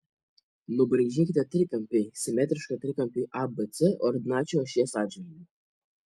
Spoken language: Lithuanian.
nubraižykite trikampį simetrišką trikampiui abc ordinačių ašies atžvilgiu